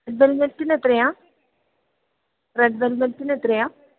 red വെല്വറ്റിനെത്രയാ red വെല്വറ്റിനെത്രയാ